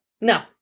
No